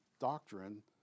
doctrine